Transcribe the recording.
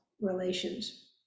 relations